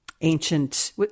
ancient